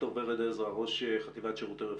ד"ר ורד עזרא, ראש חטיבת שירותי רפואה,